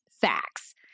facts